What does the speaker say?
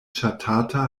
ŝatata